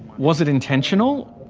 was it intentional?